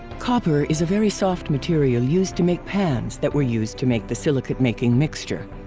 copper is a very soft material used to make pans that were used to make the silicate making mixture.